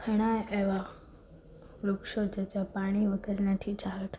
ઘણાં એવા વૃક્ષો છે જે પાણી વગર નથી ચાલતાં